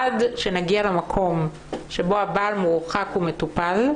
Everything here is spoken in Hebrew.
עד שנגיע למקום שבו הבעל מורחק ומטופל,